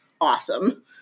Awesome